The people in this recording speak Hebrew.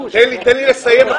תנו לי לסיים.